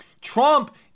Trump